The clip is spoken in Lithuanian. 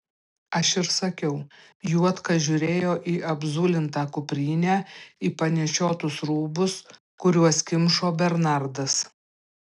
aš ir sakiau juodka žiūrėjo į apzulintą kuprinę į panešiotus rūbus kuriuos kimšo bernardas